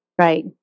Right